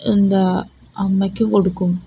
എന്താണ് അമ്മയ്ക്കും കൊടുക്കും